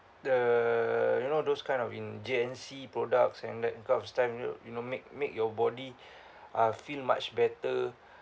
the you know those kind of in G_N_C products and that you you know make make your body uh feel much better